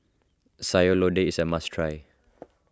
Sayur Lodeh is a must try